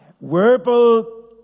verbal